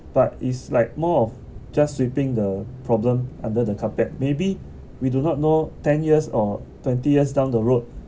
but is like more of just sweeping the problem under the carpet maybe we do not know ten years or twenty years down the road